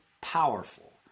powerful